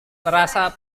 merasa